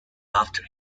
after